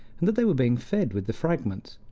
and that they were being fed with the fragments.